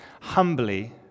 humbly